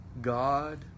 God